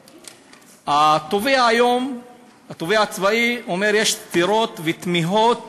התובע הצבאי היום אומר שיש סתירות ותמיהות